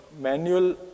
manual